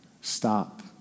stop